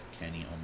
Kenny